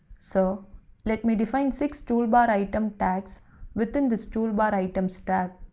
so let me define six toolbaritem tags within this toolbaritems tag.